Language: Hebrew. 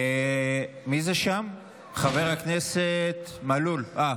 כבוד היושב-ראש, חבריי חברי הכנסת, חברים,